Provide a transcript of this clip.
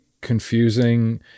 confusing